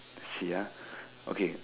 see ya